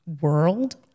world